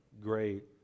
great